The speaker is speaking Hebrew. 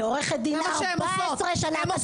כעורכת דין 14 שנה --- זה מה שהן עושות.